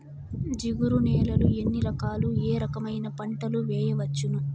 జిగురు నేలలు ఎన్ని రకాలు ఏ రకమైన పంటలు వేయవచ్చును?